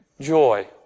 joy